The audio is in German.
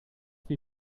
wie